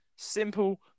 Simple